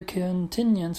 continuance